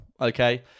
Okay